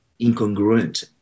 incongruent